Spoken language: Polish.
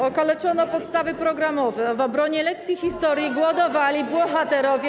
Okaleczono podstawy programowe, w obronie lekcji historii głosowali bohaterowie.